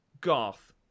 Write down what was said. Garth